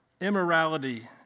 immorality